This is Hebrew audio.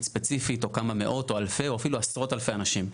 ספציפית או כמה מאות או אלפי או אפילו עשרות אלפי אנשים.